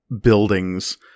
buildings